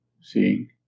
seeing